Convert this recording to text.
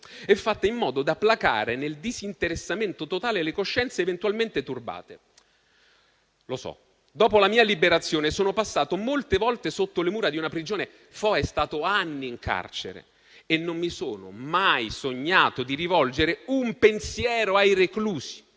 è fatta in modo da placare, nel disinteressamento totale, le coscienze eventualmente turbate. Lo so, dopo la mia liberazione, sono passato molte volte sotto le mura di una prigione» - Foa è stato anni in carcere - «e non mi sono mai sognato di rivolgere un pensiero ai reclusi,